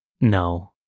No